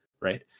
right